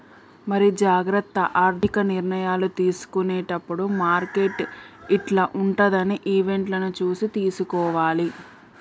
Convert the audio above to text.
మరి జాగ్రత్త ఆర్థిక నిర్ణయాలు తీసుకునేటప్పుడు మార్కెట్ యిట్ల ఉంటదని ఈవెంట్లను చూసి తీసుకోవాలి